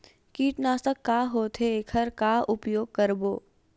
कीटनाशक का होथे एखर का उपयोग करबो?